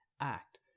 act